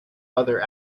other